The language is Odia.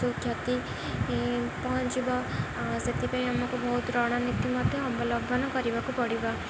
କ୍ଷତି ପହଞ୍ଚିବ ସେଥିପାଇଁ ଆମକୁ ବହୁତ ରଣନୀତି ମଧ୍ୟ ଅବଲମ୍ବନ କରିବାକୁ ପଡ଼ିବ